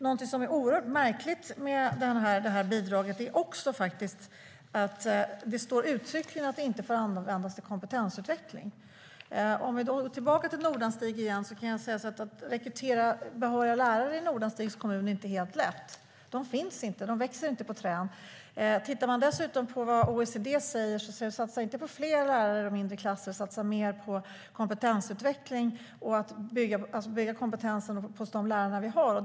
Något som är oerhört märkligt med det här bidraget är också, som det uttryckligen står, att det inte får användas till kompetensutveckling. För att gå tillbaka till Nordanstig igen kan jag säga att det inte är helt lätt att rekrytera behöriga lärare i Nordanstigs kommun. De växer inte på träd. Dessutom säger OECD att vi inte ska satsa på fler lärare och mindre klasser utan mer på kompetensutveckling hos de lärare vi har.